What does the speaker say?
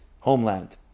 homeland